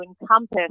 encompass